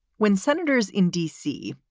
when senators in d c.